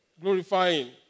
glorifying